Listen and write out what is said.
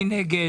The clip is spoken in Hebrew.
מי נגד?